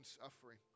suffering